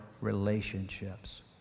relationships